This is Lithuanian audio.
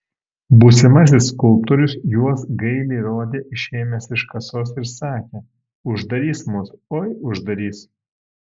būsimasis skulptorius juos gailiai rodė išėmęs iš kasos ir sakė uždarys mus oi uždarys